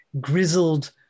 grizzled